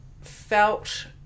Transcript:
felt